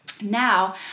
now